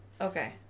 Okay